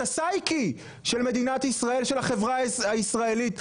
את הסייקל של מדינת ישראל של החברה הישראלית,